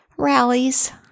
Rallies